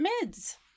mids